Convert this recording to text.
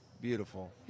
beautiful